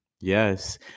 Yes